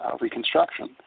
Reconstruction